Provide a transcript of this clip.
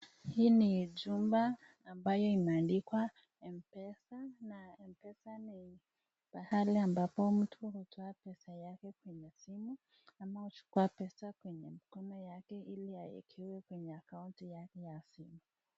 Hii ni chumba ambaye imeandikwa M-PESA.Na M-PESA ni pahali ambapo mtu hutoa pesa yake kwenye simu. Ama huchukua pesa kwenye mkono yake ili awekewe kwenye akaunti yake ya simu.